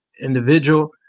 individual